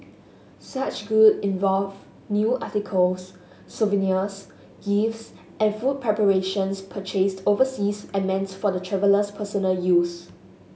such good involve new articles souvenirs gifts and food preparations purchased overseas and meant for the traveller's personal use